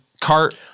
cart